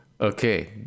Okay